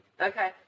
Okay